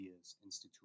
institutions